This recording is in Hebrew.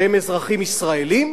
שהם אזרחים ישראלים